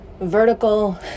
vertical